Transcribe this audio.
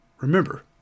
Remember